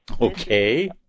Okay